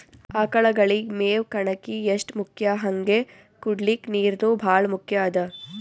ಆಕಳಗಳಿಗ್ ಮೇವ್ ಕಣಕಿ ಎಷ್ಟ್ ಮುಖ್ಯ ಹಂಗೆ ಕುಡ್ಲಿಕ್ ನೀರ್ನೂ ಭಾಳ್ ಮುಖ್ಯ ಅದಾ